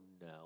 no